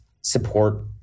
support